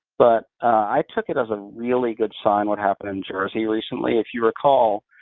but i took it as a really good sign, what happened in jersey recently. if you recall,